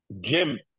Jim